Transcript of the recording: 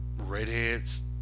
redheads